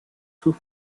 sus